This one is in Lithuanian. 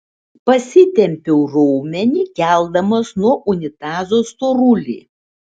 pasitempiau raumenį keldamas nuo unitazo storulį